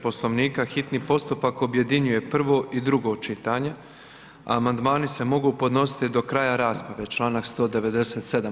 Poslovnika, hitni postupak objedinjuje prvo i drugo čitanje, a amandmani se mogu podnositi do kraja rasprave, čl. 197.